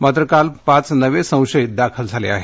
मात्र काल पाच नवे संशयित दाखल झाले आहेत